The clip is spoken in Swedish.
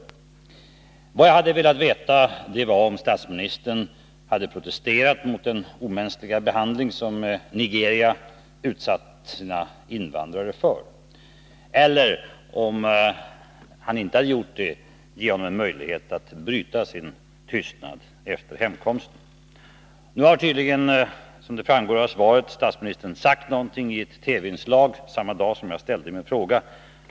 Anledningen till min fråga var att jag ville veta om statsministern då hade protesterat mot den omänskliga behandling som Nigeria utsatte sina invandrare för. Om han inte hade gjort det, ville jag ge honom en möjlighet att bryta sin tystnad efter hemkomsten. Som framgår av svaret har statsministern tydligen uttalat sig i ett TV-inslag samma dag som jag ställde min fråga.